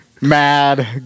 mad